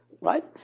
right